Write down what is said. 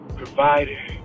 provider